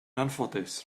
anffodus